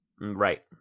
right